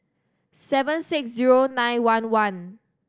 seven six zero nine one one